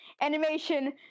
animation